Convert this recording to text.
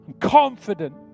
confident